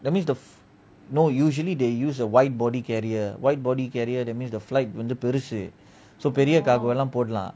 that means the no usually they use a wide body carrier wide body carrier that means the flight வந்து பெருசா பெரிய:vanthu perusa periya cargo lah போடலாம்:podalaam